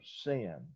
sin